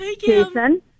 Jason